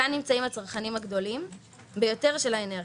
כאן נמצאים הצרכנים הגדולים ביותר של האנרגיה.